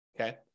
okay